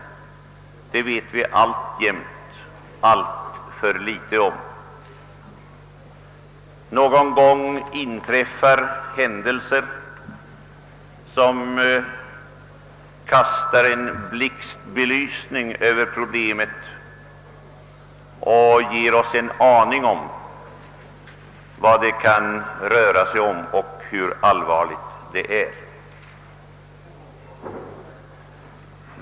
Det vet vi alltjämt alltför litet om. Någon gång inträffar händelser som kastar en blixtbelysning över problemet och ger oss en aning om vad det kan röra sig om och hur allvarlig situationen är.